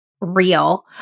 real